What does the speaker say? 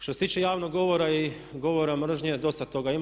Što se tiče javnog govora i govora mržnje dosta toga ima.